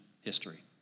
history